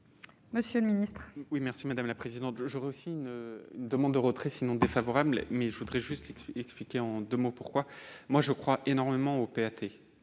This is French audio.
monsieur le ministre,